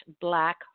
Black